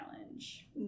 challenge